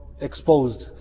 exposed